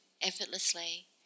effortlessly